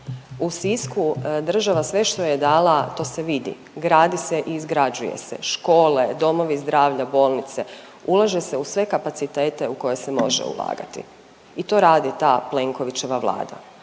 U Sisku država sve što je dala to se vidi gradi se i izgrađuje se, škole, domovi zdravlja, bolnice. Ulaže se u sve kapacitete u koje se može ulagati. I to radi ta Plenkovićeva Vlada,